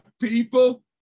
people